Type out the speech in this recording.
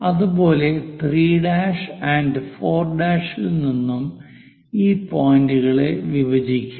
അതുപോലെ 3 and 4 ൽ നിന്നും ഈ പോയിന്റുകളെ വിഭജിക്കുക